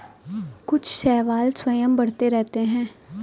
कुछ शैवाल स्वयं बढ़ते रहते हैं